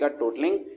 totaling